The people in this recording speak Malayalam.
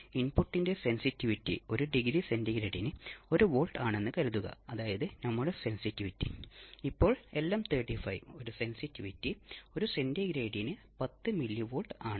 യുജെടി റിലാക്സേഷൻ ഓസിലേറ്റർ അത്തരം ഓസിലേറ്ററിന് ഉദാഹരണമാണ് ഇത് ഫീഡ്ബാക്ക് ഇല്ലാത്ത ഓസിലേറ്റർ ആണ്